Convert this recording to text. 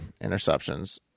interceptions